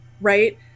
right